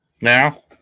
Now